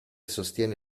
sostiene